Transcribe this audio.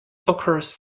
occurs